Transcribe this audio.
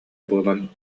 буолан